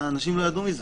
האנשים לא ידעו על זה.